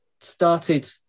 started